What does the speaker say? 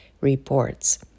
reports